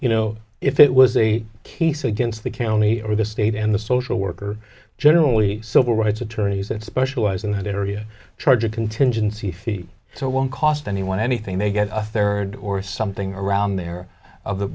you know if it was a case against the county or the state and the social worker generally civil rights attorneys that specialize in that area charge a contingency fee so won't cost anyone anything they get a third or something around there of the